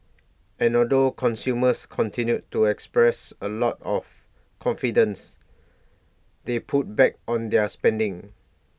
and although consumers continued to express A lot of confidence they pulled back on their spending